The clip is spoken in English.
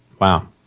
Wow